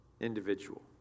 individual